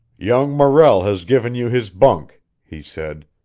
young morrell has given you his bunk, he said.